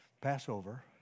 Passover